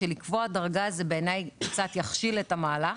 שלקבוע דרגה זה בעיניי קצת יכשיל את המהלך.